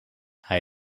hij